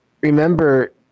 remember